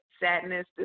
sadness